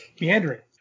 meandering